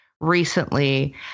recently